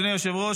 אדוני היושב-ראש,